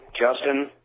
Justin